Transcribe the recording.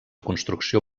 construcció